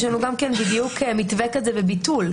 יש לנו בדיוק מתווה כזה בביטול.